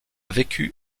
vécu